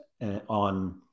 on